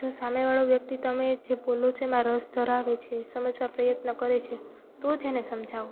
જો સામેવાળો વ્યક્તિ તમે જે બોલો છો એમાં રસ ધરાવે છે સમજવા પ્રયત્ન કરે છે તો જ એને સમજાવો